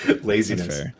Laziness